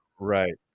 right